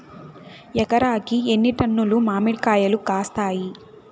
ఎకరాకి ఎన్ని టన్నులు మామిడి కాయలు కాస్తాయి?